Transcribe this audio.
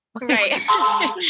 Right